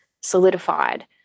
solidified